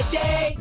day